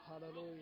Hallelujah